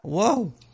Whoa